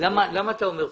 למה אתה אומר פעמיים?